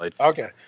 Okay